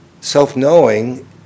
Self-knowing